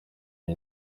iyi